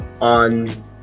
on